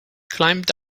climbed